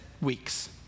weeks